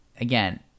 again